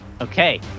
Okay